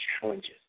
challenges